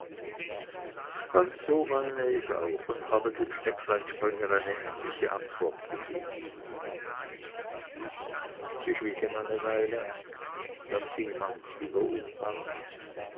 ganz so meine ich auch und habe dem steckleinspringer eine ähnliche antwort gegeben sie schwiegen eine weile dann fing manz wiederum an